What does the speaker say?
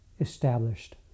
established